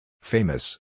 Famous